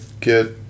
get